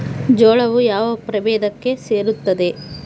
ಜೋಳವು ಯಾವ ಪ್ರಭೇದಕ್ಕೆ ಸೇರುತ್ತದೆ?